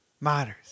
matters